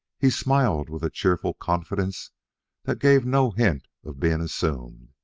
he smiled with a cheerful confidence that gave no hint of being assumed,